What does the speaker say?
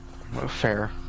Fair